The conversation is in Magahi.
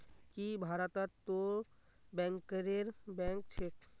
की भारतत तो बैंकरेर बैंक छेक